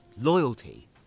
Loyalty